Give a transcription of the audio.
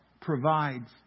provides